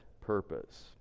purpose